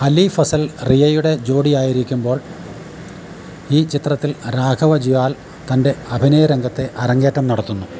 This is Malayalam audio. അലി ഫസൽ റിയയുടെ ജോഡിയായിരിക്കുമ്പോൾ ഈ ചിത്രത്തിൽ രാഘവ ജുയാൽ തൻ്റെ അഭിനയരംഗത്തെ അരങ്ങേറ്റം നടത്തുന്നു